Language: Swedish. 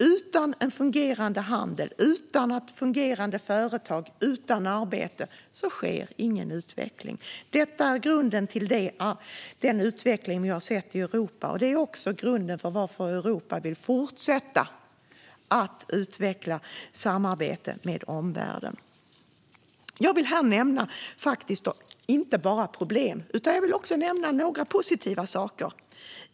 Utan fungerande handel, utan fungerande företag och utan arbete sker ingen utveckling. Detta är grunden till den utveckling vi sett i Europa. Det är också grundorsaken till att Europa vill fortsätta utveckla samarbetet med omvärlden. Jag vill inte bara nämna problem, utan jag vill också nämna några positiva saker.